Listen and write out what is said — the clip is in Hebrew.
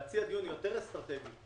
להציע דיון יותר אסטרטגי.